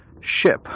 ship